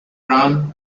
run